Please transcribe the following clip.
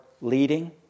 leading